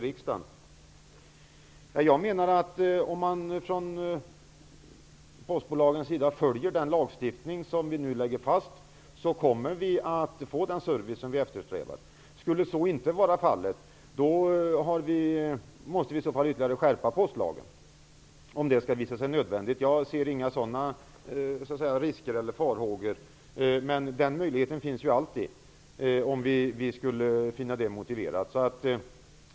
Om man från postbolagets sida följer den lagstiftning som vi nu lägger fast kommer vi att få den service vi eftersträvar. Om så inte skulle vara fallet måste vi ytterligare skärpa postlagen. Jag ser inga risker och har inga farhågor för det, men möjligheten att skärpa lagen finns alltid om vi skulle finna det motiverat.